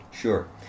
Sure